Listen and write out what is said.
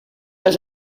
għax